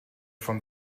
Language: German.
von